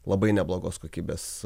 labai neblogos kokybės